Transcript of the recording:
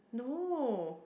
no